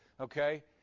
okay